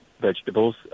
vegetables